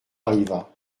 arriva